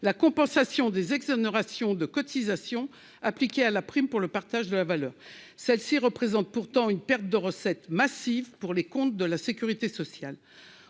la compensation des exonérations de cotisations appliquées à la prime pour le partage de la valeur, celle-ci représente pourtant une perte de recettes massives pour les comptes de la Sécurité sociale